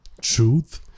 truth